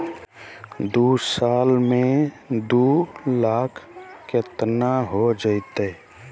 दू साल में दू लाख केतना हो जयते?